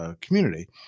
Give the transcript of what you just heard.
community